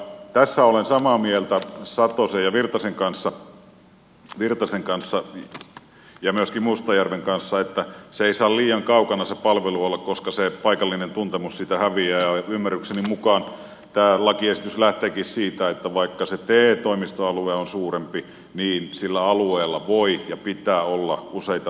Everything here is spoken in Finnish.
tässä olen samaa mieltä satosen ja virtasen kanssa ja myöskin mustajärven kanssa että se palvelu ei saa olla liian kaukana koska se paikallinen tuntemus siitä häviää ja ymmärrykseni mukaan tämä lakiesitys lähteekin siitä että vaikka te toimistoalue on suurempi niin sillä alueella voi ja pitää olla useita toimipisteitä